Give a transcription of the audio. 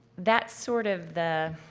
that's sort of the.